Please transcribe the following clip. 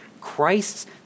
Christ's